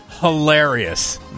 hilarious